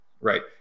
right